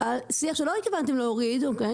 על שיח שלא התכוונתם להוריד, אוקיי?